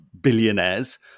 billionaires